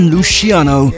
Luciano